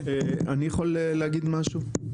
אני יכול להגיד משהו בבקשה?